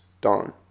dawn